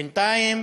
בינתיים